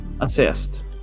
assist